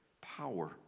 power